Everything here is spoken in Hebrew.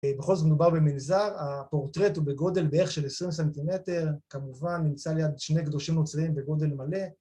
בכל זאת הוא מדובר במנזר, הפורטרט הוא בגודל בערך של 20 סנטימטר, כמובן נמצא ליד שני קדושים נוצרים בגודל מלא